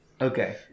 Okay